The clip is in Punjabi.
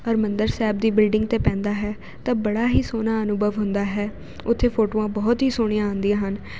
ਹਰਿਮੰਦਰ ਸਾਹਿਬ ਦੀ ਬਿਲਡਿੰਗ 'ਤੇ ਪੈਂਦਾ ਹੈ ਤਾਂ ਬੜਾ ਹੀ ਸੋਹਣਾ ਅਨੁਭਵ ਹੁੰਦਾ ਹੈ ਉੱਥੇ ਫੋਟੋਆਂ ਬਹੁਤ ਹੀ ਸੋਹਣੀਆਂ ਆਉਂਦੀਆਂ ਹਨ